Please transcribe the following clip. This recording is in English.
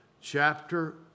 chapter